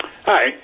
Hi